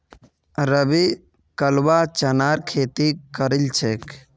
रवि कलवा चनार खेती करील छेक